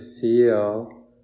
feel